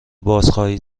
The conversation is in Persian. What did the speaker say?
بازخواهید